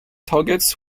targets